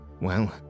Well